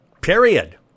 Period